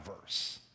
verse